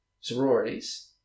sororities